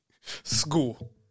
School